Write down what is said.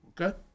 okay